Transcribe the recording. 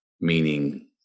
Meaning